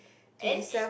and